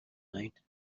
night